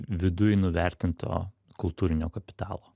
viduj nuvertinto kultūrinio kapitalo